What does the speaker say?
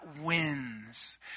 wins